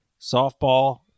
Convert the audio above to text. softball